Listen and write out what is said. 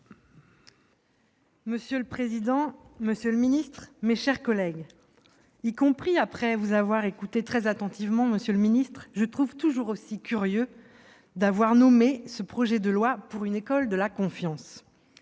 Monsieur le président, monsieur le ministre, mes chers collègues, même après vous avoir écouté très attentivement, monsieur le ministre, je trouve toujours aussi curieux d'avoir intitulé ce texte « projet de loi pour une école de la confiance